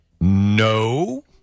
No